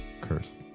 cursed